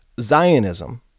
Zionism